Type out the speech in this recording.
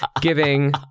giving